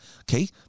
Okay